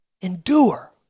Endure